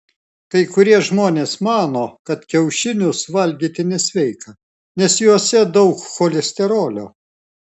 kai kurie žmonės mano kad kiaušinius valgyti nesveika nes juose daug cholesterolio